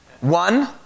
One